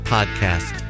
Podcast